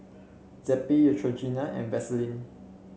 Zappy Neutrogena and Vaselin